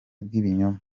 bw’ibinyoma